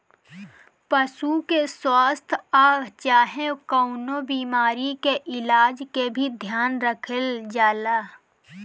पशु के स्वास्थ आ चाहे कवनो बीमारी के इलाज के भी ध्यान रखल जाला